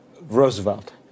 Roosevelt